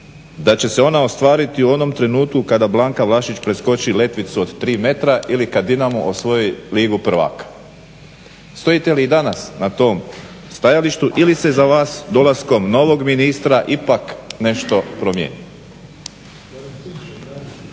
da će se ona ostvariti u onom trenutku kada Blanka Vlašić preskoči letvicu od 3m ili kada Dinamo osvoji Ligu prvaka. Stojite li i danas na tom stajalištu ili se za vas dolaskom novog ministra ipak nešto promijenilo?